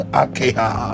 akeha